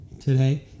today